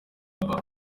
baba